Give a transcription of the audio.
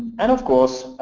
and of course,